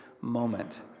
moment